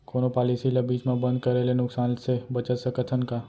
कोनो पॉलिसी ला बीच मा बंद करे ले नुकसान से बचत सकत हन का?